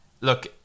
Look